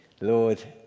Lord